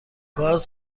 گاز